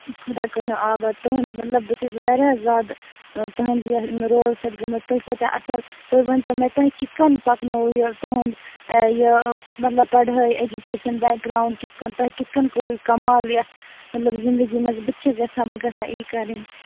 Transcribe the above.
خدا کٔرۍنَو آباد تُہنٛد مطلب بہٕ چھَس واریاہ زیادٕ تُہنٛد رول سۭتۍ گٲمٕژ تُہی کٲتیٛاہ اَصٕل تُہۍ ؤنۍتَو مےٚ تۄہہِ کِتھ کٔنۍ پَکنووٕ تُہنٛد یہِ مطلب پڑھٲے ایٚجوکیشَن بیٚک گرٛاوُنٛڈ کِتھٕ کٔنۍ تۄہہِ کِتھ کٕنۍ کوٚروٕ یہِ کَمال یَتھ مطلب زِنٛدگی مَنٛز بہٕ تہِ چھَس یژھان بہٕ گٔژھٕ ہا یی کَرٕنۍ